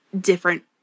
different